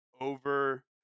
over